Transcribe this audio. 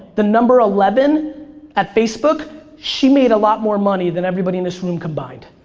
the number eleven at facebook, she made a lot more money than everybody in this room combined.